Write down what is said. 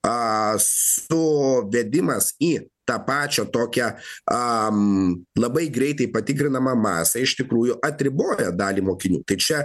vedimas į tą pačią tokią labai greitai patikrinamą masę iš tikrųjų atriboja dalį mokinių tai čia